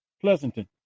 Pleasanton